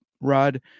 Rod